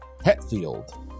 Hetfield